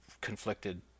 conflicted